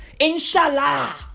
Inshallah